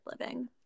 Living